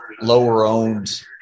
lower-owned